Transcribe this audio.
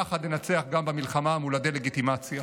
יחד ננצח גם במלחמה מול הדה-לגיטימציה.